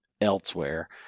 elsewhere